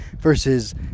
Versus